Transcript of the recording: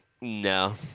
No